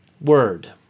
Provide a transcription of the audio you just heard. Word